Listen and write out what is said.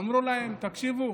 אמרו להם: תקשיבו,